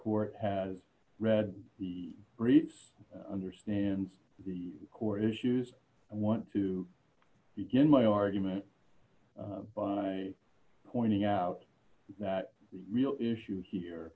court has read the briefs understands the core issues i want to begin my argument by pointing out that real issue here